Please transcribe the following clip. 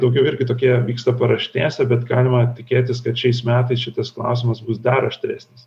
daugiau irgi tokie vyksta paraštėse bet galima tikėtis kad šiais metais šitas klausimas bus dar aštresnis